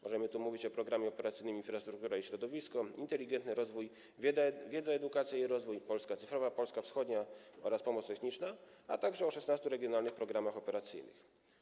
Możemy tu mówić o Programach Operacyjnych: „Infrastruktura i środowisko”, „Inteligentny rozwój”, „Wiedza, edukacja, rozwój”, „Polska cyfrowa”, „Polska Wschodnia” oraz „Pomoc techniczna”, a także o szesnastu regionalnych programach operacyjnych.